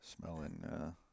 Smelling